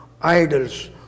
idols